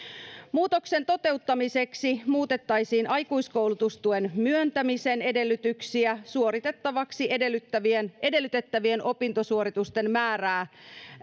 muutoksen toteuttamiseksi muutettaisiin aikuiskoulutustuen myöntämisen edellytyksiä suoritettavaksi edellytettävien edellytettävien opintosuoritusten määrää